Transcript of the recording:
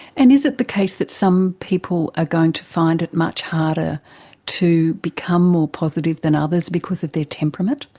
and is it the case that some people are going to find it much harder to become more positive than others because of their temperament?